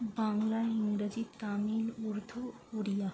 বাংলা ইংরেজি তামিল উর্দু ওড়িয়া